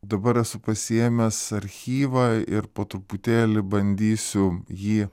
dabar pasiėmęs archyvą ir po truputėlį bandysiu jį